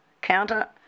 counter